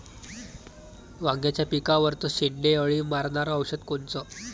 वांग्याच्या पिकावरचं शेंडे अळी मारनारं औषध कोनचं?